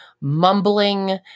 mumbling